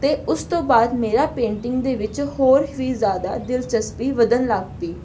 ਅਤੇ ਉਸ ਤੋਂ ਬਾਅਦ ਮੇਰਾ ਪੇਂਟਿੰਗ ਦੇ ਵਿੱਚ ਹੋਰ ਵੀ ਜ਼ਿਆਦਾ ਦਿਲਚਸਪੀ ਵਧਣ ਲੱਗ ਪਈ